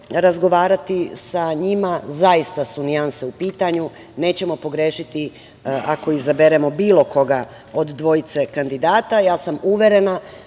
razgovarati sa njima. Zaista su nijanse u pitanju. Nećemo pogrešiti ako izaberemo bilo koga od dvojice kandidata. Ja sam uverena